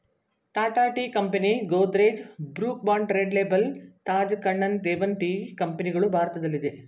Tata tea company, Godrej, Brooke Bond red label, Taj Kannan Devan tea ಕಂಪನಿಗಳು ಭಾರತದಲ್ಲಿದೆ